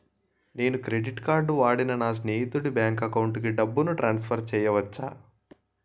నేను credit card వాడి నా స్నేహితుని బ్యాంక్ అకౌంట్ కి డబ్బును ట్రాన్సఫర్ చేయచ్చా?